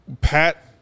Pat